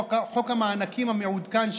חוק המענקים המעודכן,